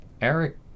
Eric